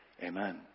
Amen